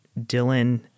Dylan